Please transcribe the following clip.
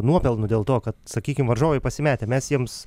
nuopelnų dėl to kad sakykim varžovai pasimetę mes jiems